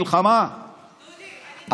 מלחמה,